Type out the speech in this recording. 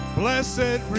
blessed